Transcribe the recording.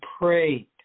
prayed